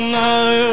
now